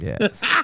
Yes